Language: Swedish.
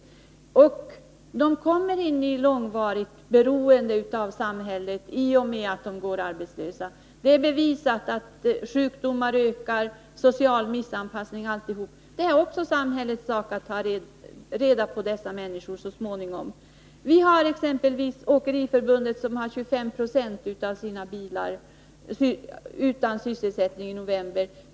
I och med att de går arbetslösa kommer de in i ett långvarigt beroende av samhället. Det är bevisat att sjukdomarna, den sociala missanpassningen, osv., ökar på grund av arbetslösheten. Det blir samhällets sak att så småningom ta hand om de människor som drabbas av detta. Åkeriförbundet har 25 96 av sina bilar utan sysselsättning i november.